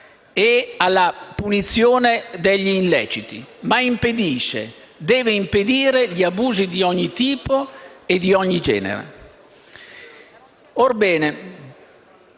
e alla punizione degli illeciti, ma impedisce, deve impedire, gli abusi di ogni tipo e di ogni genere.